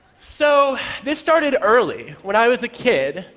so this started early when i was a kid,